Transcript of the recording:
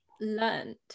learned